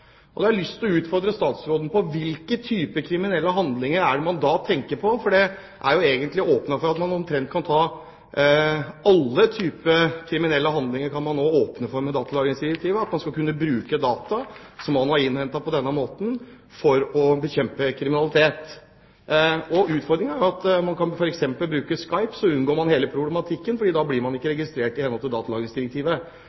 har jeg lyst til å utfordre statsråden: Hvilke typer kriminelle handlinger er det man da tenker på, for med datalagringsdirektivet er det jo egentlig åpnet for at man skal kunne bruke data for å bekjempe alle typer kriminalitet. Utfordringen er at man ved å bruke f.eks. Skype unngår hele problematikken, for da blir man ikke registrert, i henhold til datalagringsdirektivet. Så spørsmålet er: Er det sånn at man nå skal kunne bruke